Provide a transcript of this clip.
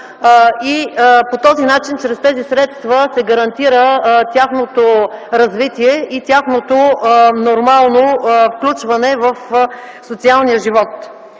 по този начин чрез тези средства се гарантира тяхното развитие и нормалното им включване в социалния живот.